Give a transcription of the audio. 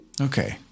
Okay